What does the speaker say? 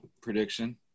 prediction